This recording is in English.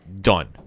done